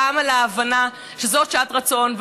גם על ההבנה שזאת שעת רצון,